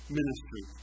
ministry